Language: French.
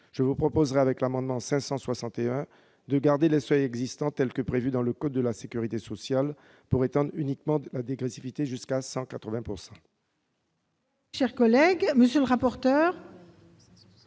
je vous proposerais, avec l'amendement n° 561, de garder les seuils existants, tels que prévus dans le code de la sécurité sociale, pour étendre uniquement la dégressivité jusqu'au